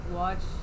watch